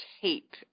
tape